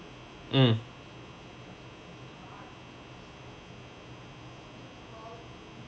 mm